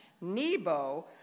Nebo